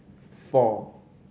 four